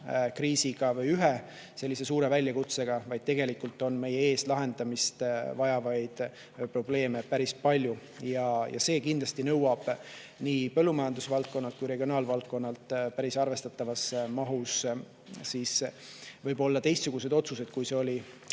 kriisiga või ühe suure väljakutsega, vaid tegelikult on meie ees lahendamist vajavaid probleeme päris palju. Ja see kindlasti nõuab nii põllumajandusvaldkonnalt kui ka regionaalvaldkonnalt päris arvestatavas mahus võib-olla teistsuguseid otsuseid, kui need olid